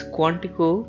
Quantico